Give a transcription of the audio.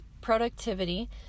productivity